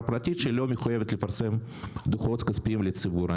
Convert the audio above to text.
פרטית שלא מחויבת לפרסם דוחות כספיים לציבור.